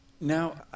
Now